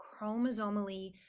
chromosomally